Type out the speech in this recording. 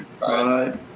Bye